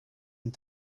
and